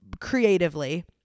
creatively